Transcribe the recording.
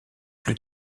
plus